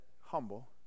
humble